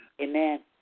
Amen